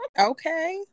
Okay